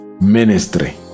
ministry